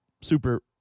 super